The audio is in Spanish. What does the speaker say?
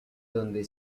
donde